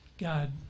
God